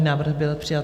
Návrh byl přijat.